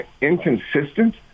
inconsistent